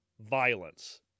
violence